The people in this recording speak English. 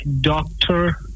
doctor